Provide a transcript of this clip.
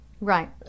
Right